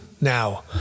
Now